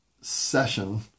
session